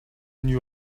knew